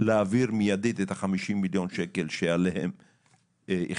להעביר מידית את ה- 50 מיליון שקל שעליהם החלטנו.